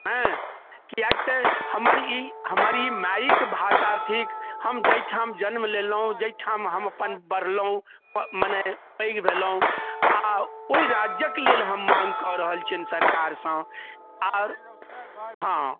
अँइ कियाकि तऽ हमर ई हमर ई माइके भाषा थिक हम जाहिठाम जन्म लेलहुँ जाहिठाम हम अपन बढ़लहुँ मने पैघ भेलहुँ आओर ओहि राज्यके लेल हम माँग कऽ रहल छिअनि सरकारसँ आओर हँ